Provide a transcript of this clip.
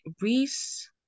Reese